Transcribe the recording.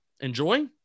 enjoy